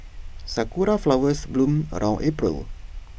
Sakura Flowers bloom around April